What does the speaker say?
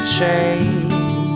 change